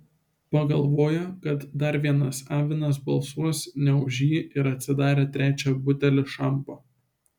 pagalvojo kad dar vienas avinas balsuos ne už jį ir atsidarė trečią butelį šampo